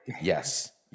Yes